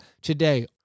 today